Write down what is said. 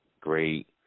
great